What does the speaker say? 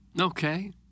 Okay